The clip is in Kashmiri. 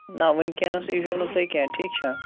نہَ وُنکٮ۪نَس ییٖزیوٚ نہٕ تُہۍ کیٚنٛہہ ٹھیٖک چھا